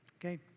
Okay